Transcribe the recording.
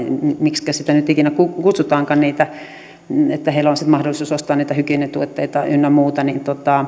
miksikä sitä nyt ikinä kutsutaankaan että heillä on sitten mahdollisuus ostaa niitä hygieniatuotteita ynnä muuta milloin he sen